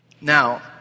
Now